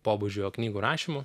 pobūdžio knygų rašymu